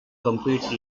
compete